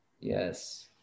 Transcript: yes